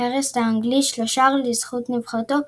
הרסט האנגלי שלושער לזכות נבחרתו,